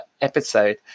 episode